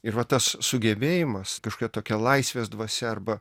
ir va tas sugebėjimas kažkokia tokia laisvės dvasia arba